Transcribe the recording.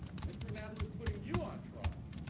mr. noller is putting you on trial.